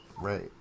Right